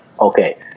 okay